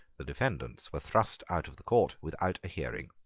the defendants were thrust out of the court without a hearing.